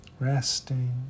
Resting